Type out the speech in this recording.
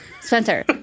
spencer